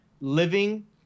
living